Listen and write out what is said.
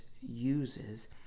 uses